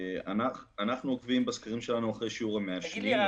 אנחנו לא רואים עלייה בשיעור המעשנים,